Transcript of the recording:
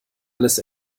alles